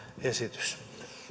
esitys